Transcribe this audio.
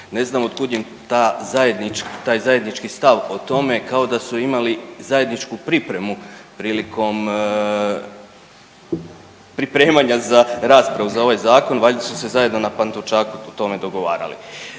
Ne znam od kud im taj zajednički stav o tome kao da su imali zajedničku pripremu prilikom pripremanja za raspravu za ovaj zakon, valjda su se zajedno na Pantovčaku o tome dogovarali.